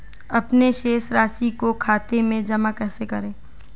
अपने शेष राशि को खाते में जमा कैसे करें?